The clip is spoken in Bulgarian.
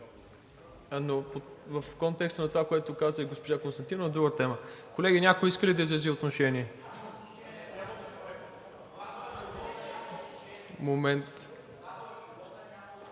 Но в контекста на това, което каза госпожа Константинова? Друга тема. Колеги, някой иска ли да изрази отношение?